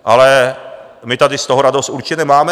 Ale my tady z toho radost určitě nemáme.